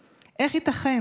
אדר.